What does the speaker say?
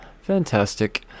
fantastic